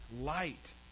light